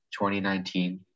2019